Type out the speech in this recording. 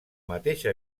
mateixa